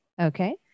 Okay